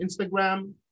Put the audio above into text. Instagram